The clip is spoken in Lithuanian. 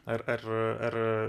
ar ar ar